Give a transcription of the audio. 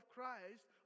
Christ